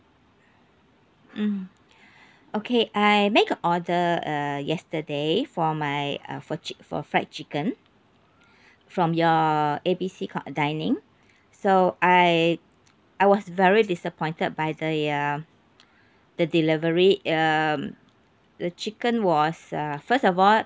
mm okay I make a order uh yesterday for my uh for chi~ for fried chicken from your A B C co~ dining so I I was very disappointed by the uh the delivery um the chicken was uh first of all